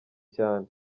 cyane